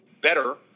better